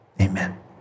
amen